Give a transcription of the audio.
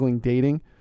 dating